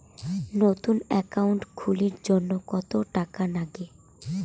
নতুন একাউন্ট খুলির জন্যে কত টাকা নাগে?